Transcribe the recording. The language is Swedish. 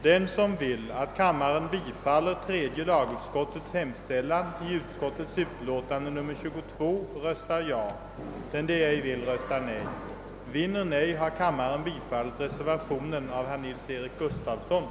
Herr talman! Jag ber att få anmäla att jag röstat fel beträffande tredje lagutskottets utlåtande nr 22. Jag röstade ja men skulle ha röstat nej.